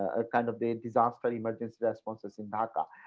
ah kind of disaster emergency response is in dhaka.